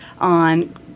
on